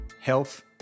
health